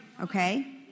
Okay